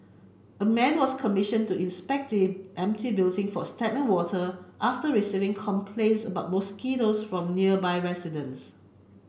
a man was commissioned to inspect the empty building for stagnant water after receiving complaints about mosquitoes from nearby residents